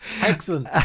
excellent